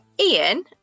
Ian